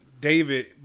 David